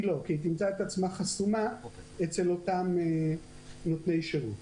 כי לא היא תמצא את עצמה חסומה אצל אותם נותני שירות.